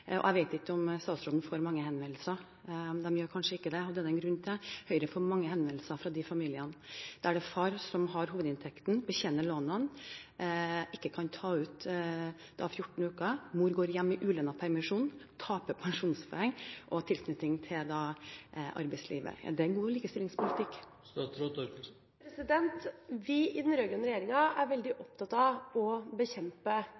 det en grunn til. Høyre får mange henvendelser fra de familiene der det er far som har hovedinntekten, betjener lånene, og ikke kan ta ut 14 uker. Mor går hjemme i ulønnet permisjon, taper pensjonspoeng og tilknytning til arbeidslivet. Er det en god likestillingspolitikk? Vi i den rød-grønne regjeringa er veldig opptatt av å bekjempe